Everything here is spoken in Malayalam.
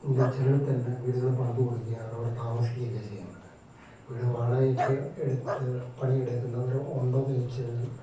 ഇൻ്റെ ചെലവില്ത്തന്നെ വീടുകള് പണിതുകൊടുക്കുകയാണ് അവിടെ താമസിക്കുകയൊക്കെ ചെയ്യുന്നത് വീട് വാടകയ്ക്കെടുത്ത് പണിയെടുക്കുന്നവരുണ്ടോയെന്ന് ചോദിച്ചുകഴിഞ്ഞാൽ